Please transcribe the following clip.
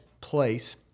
place